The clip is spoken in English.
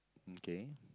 mm K